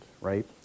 right